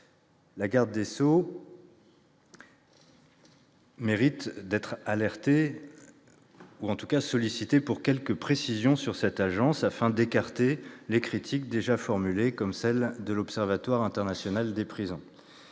la garde des sceaux mérite d'être alertée, en tout cas sollicitée pour quelques précisions sur cette agence, afin d'écarter les critiques déjà formulées, comme celle de l'Observatoire international des prisons.